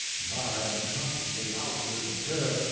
and i unconsciously out with the prayer,